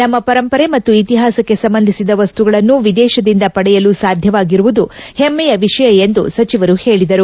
ನಮ್ನ ಪರಂಪರೆ ಮತ್ತು ಇತಿಹಾಸಕ್ಕೆ ಸಂಬಂಧಿಸಿದ ವಸ್ತುಗಳನ್ನು ವಿದೇಶದಿಂದ ಪಡೆಯಲು ಸಾಧ್ಯವಾಗಿರುವುದು ಹೆಮ್ಮೆಯ ವಿಷಯ ಎಂದು ಸಚಿವರು ಹೇಳಿದರು